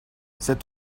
cet